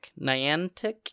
Niantic